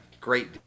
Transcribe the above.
great